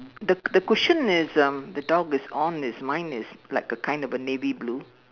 the the cushion is um the dog is on is mine is like a kind of a navy blue